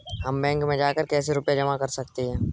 हम बैंक में जाकर कैसे रुपया जमा कर सकते हैं?